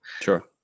sure